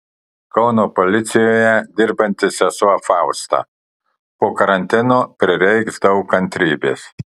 kauno policijoje dirbanti sesuo fausta po karantino prireiks daug kantrybės